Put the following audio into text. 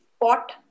pot